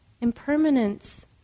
Impermanence